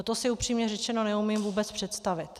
To si upřímně řečeno neumím vůbec představit.